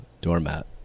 doormat